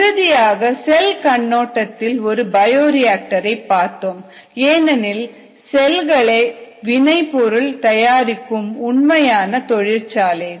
இறுதியாக செல் கண்ணோட்டத்தில் ஒரு பயோரியாக்டர் ஐ பார்த்தோம் ஏனெனில் செயல்களே வினை பொருள் தயாரிக்கும் உண்மையான தொழிற்சாலைகள்